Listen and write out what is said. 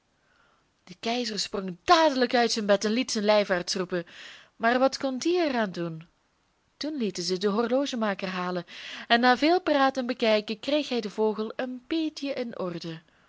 de keizer sprong dadelijk uit zijn bed en liet zijn lijfarts roepen maar wat kon die er aan doen toen lieten zij den horlogemaker halen en na veel praten en bekijken kreeg hij den vogel een beetje in orde